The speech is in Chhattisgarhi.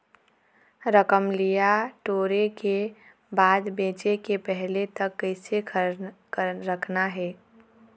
रमकलिया टोरे के बाद बेंचे के पहले तक कइसे रखना हे?